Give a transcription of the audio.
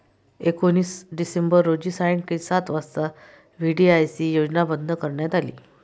एकोणीस डिसेंबर रोजी सायंकाळी सात वाजता व्ही.डी.आय.सी योजना बंद करण्यात आली